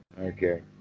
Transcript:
Okay